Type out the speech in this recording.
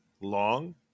long